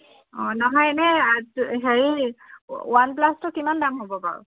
অঁ নহয় এনেই হেৰি ৱান প্লাছটো কিমান দাম হ'ব বাৰু